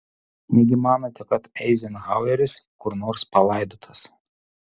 negi manote kad eizenhaueris kur nors palaidotas